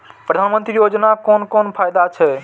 प्रधानमंत्री योजना कोन कोन फायदा छै?